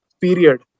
period